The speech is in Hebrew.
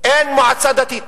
אין מועצה דתית.